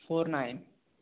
four nine